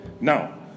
now